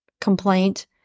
complaint